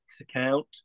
account